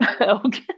Okay